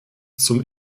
zum